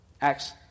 Acts